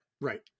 Right